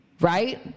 right